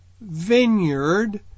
vineyard